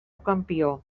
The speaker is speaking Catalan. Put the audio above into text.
campió